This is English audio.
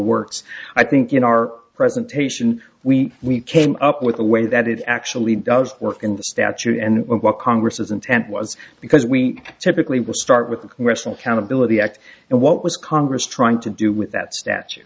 works i think in our presentation we we came up with a way that it actually does work in the statute and what congress is intent was because we typically will start with a congressional countability act and what was congress trying to do with that statu